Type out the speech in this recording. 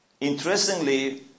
Interestingly